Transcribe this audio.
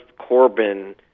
Corbyn